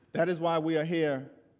that is why we are here,